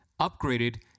upgraded